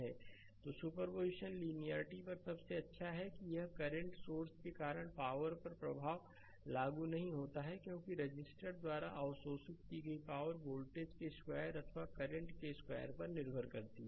slide समय देखें 1347 superposition linearity पर सबसे अच्छा है और यह करंट सोर्स के कारण पावर पर प्रभाव पर लागू नहीं होता है क्योंकि रजिस्टर द्वाराअवशोषित की गई पावर वोल्टेज के स्क्वायर पर अथवा करंट के स्क्वायर पर निर्भर करती है